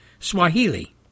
Swahili